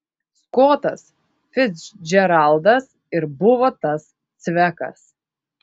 skotas ficdžeraldas ir buvo tas cvekas